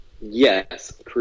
yes